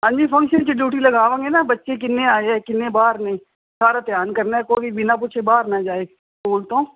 ਹਾਂਜੀ ਫੰਕਸ਼ਨ 'ਚ ਡਿਊਟੀ ਲਗਾਵਾਂਗੇ ਨਾ ਬੱਚੇ ਕਿੰਨੇ ਆਏ ਹੈ ਕਿੰਨੇ ਬਾਹਰ ਨੇ ਸਾਰਾ ਧਿਆਨ ਕਰਨਾ ਕੋਈ ਵੀ ਬਿਨਾਂ ਪੁੱਛੇ ਬਾਹਰ ਨਾ ਜਾਏ ਸਕੂਲ ਤੋਂ